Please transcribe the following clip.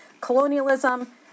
colonialism